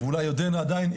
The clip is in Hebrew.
ואולי עודנה עדיין,